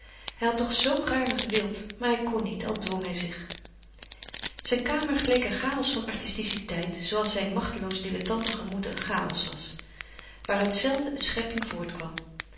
hij had toch zoo gaarne gewild maar hij kon niet al dwong hij zich zijn kamer geleek een chaos van artisticiteit zooals zijn machteloos dillettantengemoed een chaos was waaruit zelden een schepping